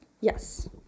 Yes